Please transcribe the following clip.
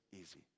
easy